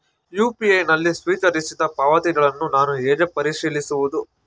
UPI ನಲ್ಲಿ ಸ್ವೀಕರಿಸಿದ ಪಾವತಿಗಳನ್ನು ನಾನು ಹೇಗೆ ಪರಿಶೀಲಿಸುವುದು?